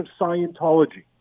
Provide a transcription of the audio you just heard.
Scientology